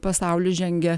pasaulis žengia